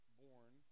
born